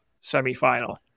semi-final